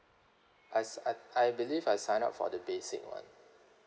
I s~ I I believe I sign up for the basic one